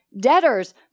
Debtors